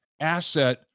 asset